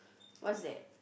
what's that